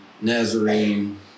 Nazarene